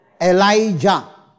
Elijah